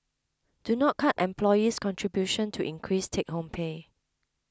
do not cut employee's contribution to increase take home pay